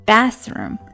Bathroom